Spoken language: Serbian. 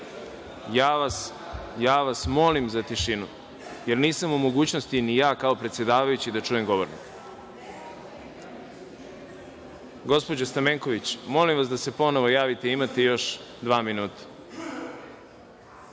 Ja vas molim za tišinu, jer nisam u mogućnosti ni ja kao predsedavajući da čujem govornika. Gospođo Stamenković, molim vas da se ponovo javite, imate još dva minuta.